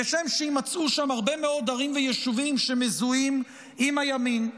כשם שיימצאו שם הרבה מאוד ערים ויישובים שמזוהים עם הימין.